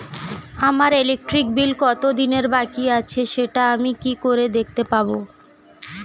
আমার electric bill কত দিনের বাকি আছে সেটা আমি কি করে দেখতে পাবো?